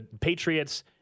Patriots